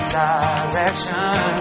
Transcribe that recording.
direction